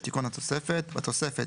תיקון התוספת 6. בתוספת,